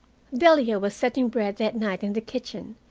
delia was setting bread that night in the kitchen,